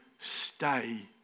stay